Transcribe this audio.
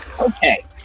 Okay